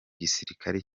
gisirikare